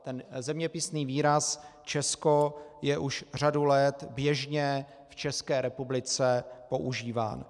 Ten zeměpisný výraz Česko je už řadu let běžně v České republice používán.